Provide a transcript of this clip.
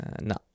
no